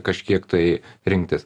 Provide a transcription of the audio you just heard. kažkiek tai rinktis